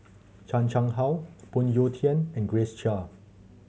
Chan Chang How Phoon Yew Tien and Grace Chia